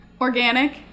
Organic